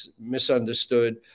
misunderstood